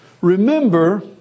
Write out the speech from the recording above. Remember